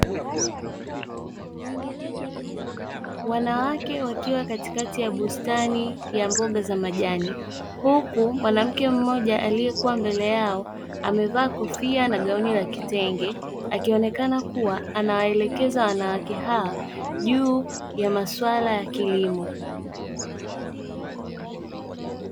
Wanawake wakiwa katikati ya bustani ya mboga za majani, huku mwanamke mmoja aliyekuwa mbele yao amevaa kofia na gauni la kitenge akionekana kuwa anawaelekeza wanawake hawa juu ya maswala ya kilimo.